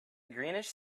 greenish